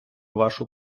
вашу